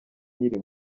nkiri